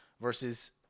versus